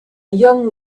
young